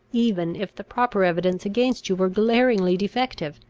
even if the proper evidence against you were glaringly defective.